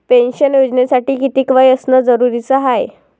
Pension योजनेसाठी कितीक वय असनं जरुरीच हाय?